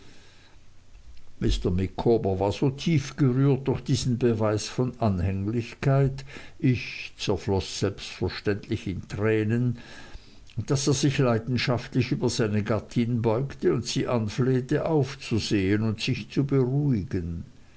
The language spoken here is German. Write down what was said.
mr micawber war so tief gerührt durch diesen beweis von anhänglichkeit ich zerfloß selbstverständlich in tränen daß er sich leidenschaftlich über seine gattin beugte und sie anflehte aufzusehen und sich zu beruhigen